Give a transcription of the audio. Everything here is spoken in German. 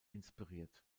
inspiriert